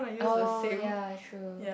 oh ya true